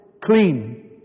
clean